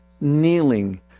kneeling